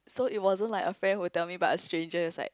so it wasn't like a friend who tell me but a stranger is like